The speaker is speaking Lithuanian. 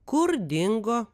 kur dingo